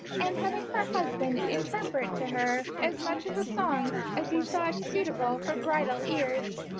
and having her husband interpret to her as much of the songs as he thought suitable for bridal ears.